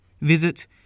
visit